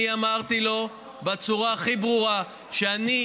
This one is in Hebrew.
אני אמרתי לו בצורה הכי ברורה שאני,